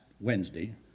Wednesday